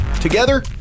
Together